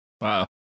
Wow